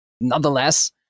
Nonetheless